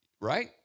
Right